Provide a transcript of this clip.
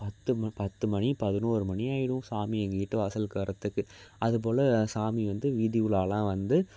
பத்து பத்து மணி பதினொரு மணி ஆகிரும் சாமி எங்கள் வீட்டு வாசலுக்கு வர்றத்துக்கு அது போல் சாமி வந்து வீதி உலாவெலாம் வந்து